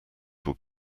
would